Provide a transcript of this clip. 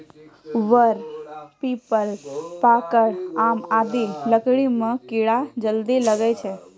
वर, पीपल, पाकड़, आम आदि लकड़ी म कीड़ा जल्दी लागै छै